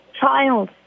child